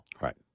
Right